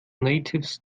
natives